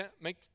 make